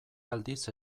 aldiz